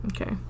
Okay